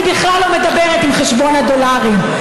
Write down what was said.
עליו אני בכלל לא מדברת עם חשבון הדולרים.